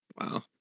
Wow